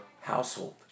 household